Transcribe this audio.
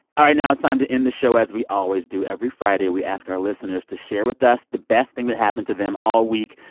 all right. now it's time to end the show as we always do. every friday, we ask our listeners to share with us the best thing that happened to them all week.